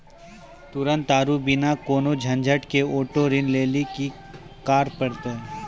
तुरन्ते आरु बिना कोनो झंझट के आटो ऋण लेली कि करै पड़तै?